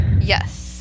yes